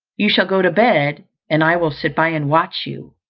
you shall go to bed, and i will sit by, and watch you